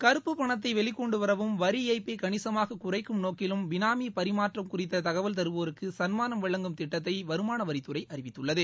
கருப்பு பணத்தை வெளிகொண்டுவரவும் வரிஏய்ப்பை கணிசமாக குறைக்கும் நோக்கிலும் பினாமி பரிமாற்றம் குறித்த தகவல் தருவோருக்கு சன்மானம் வழங்கும் திட்டத்தை வருமான வரித்துறை அறிவித்துள்ளது